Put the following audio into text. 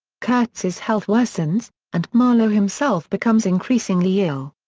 kurtz's health worsens, and marlow himself becomes increasingly ill.